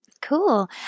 Cool